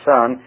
Son